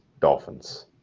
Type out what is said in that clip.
Dolphins